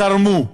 תרמו,